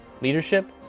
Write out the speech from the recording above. leadership